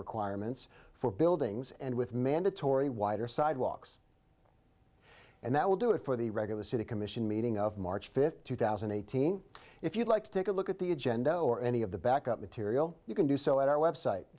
requirements for buildings and with mandatory wider sidewalks and that will do it for the regular city commission meeting of march fifth two thousand and eighteen if you'd like to take a look at the agenda or any of the back up material you can do so at our website